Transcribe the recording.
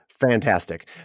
Fantastic